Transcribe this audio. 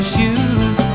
shoes